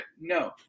No